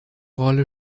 rolle